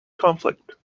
conflict